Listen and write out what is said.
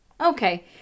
Okay